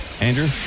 Andrew